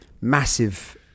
massive